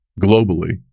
globally